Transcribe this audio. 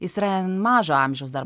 jis yra mažo amžiaus dar